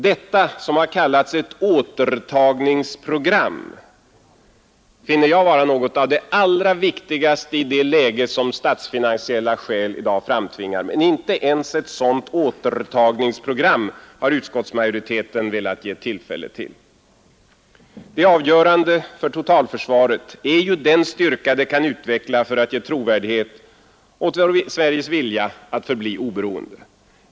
Detta, som har kallats ett återtagningsprogram, finner jag vara något av det allra viktigaste i det läge som statsfinansiella skäl i dag framtvingar, men inte ens ett sådant återtagningsprogram har utskottsmajoriteten velat ge tillfälle till. Det avgörande för totalförsvaret är ju den styrka det kan utveckla för att ge trovärdighet åt Sveriges vilja att få vara oberoende.